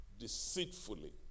deceitfully